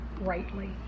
rightly